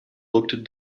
looked